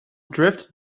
drift